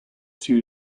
two